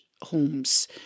homes